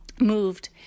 moved